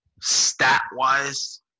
stat-wise